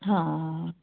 ਹਾਂ